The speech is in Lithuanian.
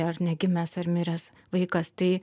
ar negimęs ar miręs vaikas tai